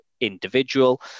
individual